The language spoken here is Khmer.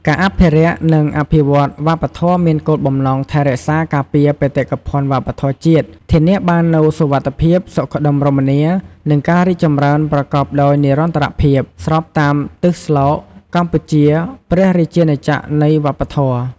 ការអភិរក្ស និងអភិវឌ្ឍន៍វប្បធម៌មានគោលបំណងថែរក្សាការពារបេតិកភណ្ឌវប្បធម៌ជាតិ ធានាបាននូវសុវត្ថិភាព សុខដុមរមនា និងការរីកចម្រើនប្រកបដោយនិរន្តរភាព ស្របតាមទិសស្លោក "កម្ពុជា ព្រះរាជាណាចក្រនៃវប្បធម៌"។